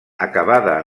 acabada